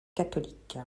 catholique